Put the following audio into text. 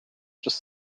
just